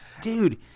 Dude